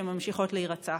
שממשיכות להירצח.